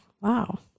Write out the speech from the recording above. wow